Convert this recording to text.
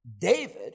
David